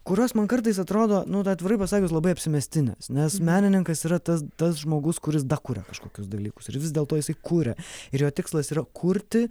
kurios man kartais atrodo nu atvirai pasakius labai apsimestinės nes menininkas yra tas tas žmogus kuris kuria kažkokius dalykus ir vis dėlto jisai kuria ir jo tikslas yra kurti